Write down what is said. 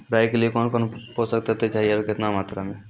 राई के लिए कौन कौन पोसक तत्व चाहिए आरु केतना मात्रा मे?